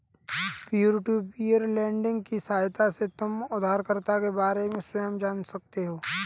peer to peer lending की सहायता से तुम उधारकर्ता के बारे में स्वयं जान सकते हो